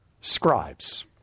scribes